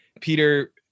Peter